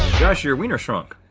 josh, your wiener shrunk.